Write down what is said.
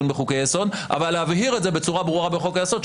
בחוקי היסוד אבל להבהיר את זה בצורה ברורה בחוק היסוד,